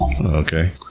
Okay